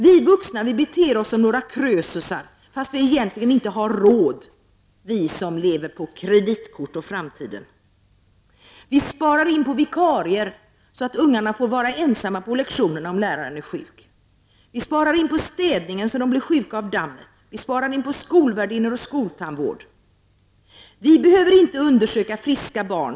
Vi vuxna beter oss som några krösusar fastän vi egentligen inte har råd, vi som lever på kreditkort i framtiden. Vi sparar in på vikarier så att ungarna får vara ensamma på lektionerna om läraren är sjuk. Vi sparar in på städningen så att ungarna blir sjuka av dammet. Vi sparar in på skolvärdinnor och skoltandvård. ”Vi behöver inte undersöka friska barn.